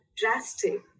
drastic